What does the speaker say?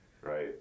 Right